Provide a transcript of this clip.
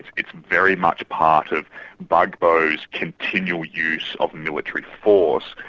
it's very much part of gbagbo's continual use of military force,